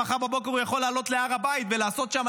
מחר בבוקר הוא יכול לעלות להר הבית ולעשות שם,